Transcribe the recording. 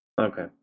Okay